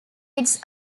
its